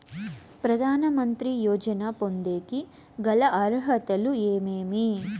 ప్రధాన మంత్రి యోజన పొందేకి గల అర్హతలు ఏమేమి?